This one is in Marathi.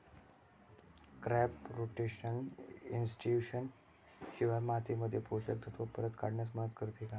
क्रॉप रोटेशन सिंथेटिक इनपुट शिवाय मातीमध्ये पोषक तत्त्व परत करण्यास मदत करते का?